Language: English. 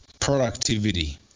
productivity